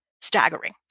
staggering